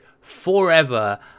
forever